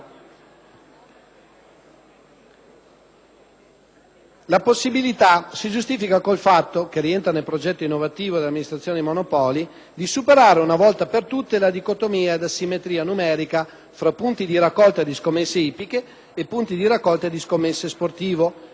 possibilità si giustifica con il fatto che rientra nel progetto innovativo dell'Amministrazione dei monopoli di superare una volta per tutte la dicotomia ed asimmetria numerica fra punti di raccolta di scommesse ippiche e punti di raccolta di scommesse sportive: in futuro, dunque, esisteranno solo